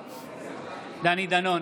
נגד דני דנון,